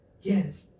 Yes